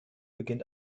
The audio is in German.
beginnt